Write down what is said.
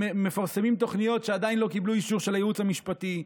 מפרסמים תוכניות שעדיין לא קיבלו אישור של הייעוץ המשפטי.